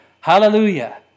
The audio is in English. Hallelujah